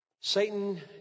Satan